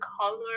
color